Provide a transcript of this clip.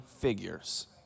figures